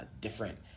different